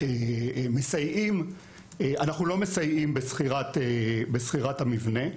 מסייעים בשכירת המבנה.